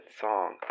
song